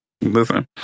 listen